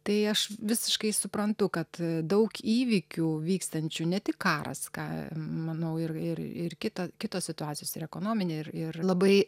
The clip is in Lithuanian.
tai aš visiškai suprantu kad daug įvykių vykstančių ne tik karas ką manau ir ir ir kita kitos situacijos ir ekonominė ir ir labai